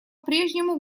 прежнему